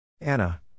Anna